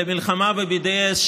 למלחמה ב-BDS,